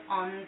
on